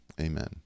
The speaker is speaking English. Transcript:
amen